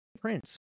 prince